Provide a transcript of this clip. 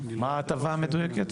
מה ההטבה המדויקת?